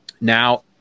Now